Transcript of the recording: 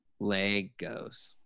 Legos